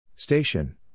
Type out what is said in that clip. Station